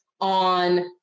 on